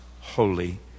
holy